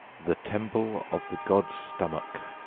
the temple of the god stomach,